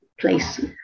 place